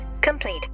complete